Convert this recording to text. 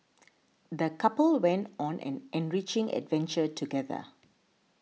the couple went on an enriching adventure together